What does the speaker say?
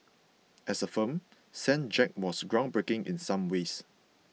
as a film Saint Jack was groundbreaking in some ways